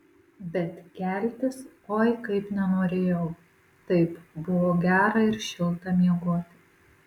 bet keltis oi kaip nenorėjau taip buvo gera ir šilta miegoti